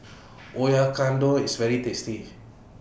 IS very tasty